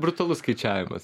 brutalus skaičiavimas